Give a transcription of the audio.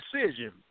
decision